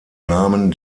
nahmen